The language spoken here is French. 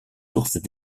sources